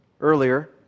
earlier